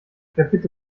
verbitte